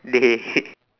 dey